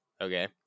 Okay